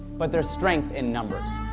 but there's strength in numbers.